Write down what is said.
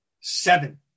Seven